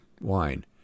wine